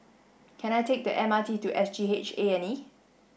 can I take the M R T to S G H A and E